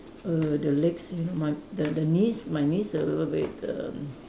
err the legs you know my the the knees my knees a little bit erm